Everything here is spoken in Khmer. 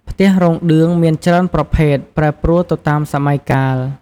ផ្ទះរោងឌឿងមានច្រើនប្រភេទ ប្រែប្រួលទៅតាមសម័យកាល។